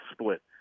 split